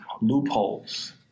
loopholes